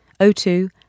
O2